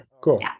cool